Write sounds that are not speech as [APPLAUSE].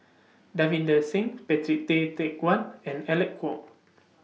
Davinder Singh Patrick Tay Teck Guan [NOISE] and Alec Kuok [NOISE]